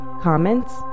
Comments